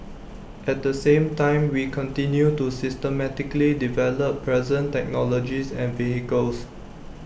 at the same time we continue to systematically develop present technologies and vehicles